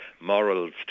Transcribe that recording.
morals